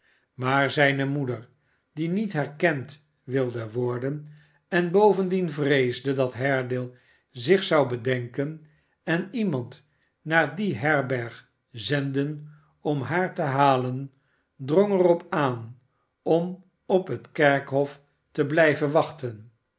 maar zijne moeder die niet herkend wilde worden en bovendien vreesde dat haredale zich zou bedenken en iemand naar die herberg zenden om haar te halen drong er op aan om op het kerkhof te blijven wachten